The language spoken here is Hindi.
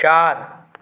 चार